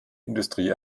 industrie